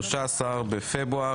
13 בפברואר.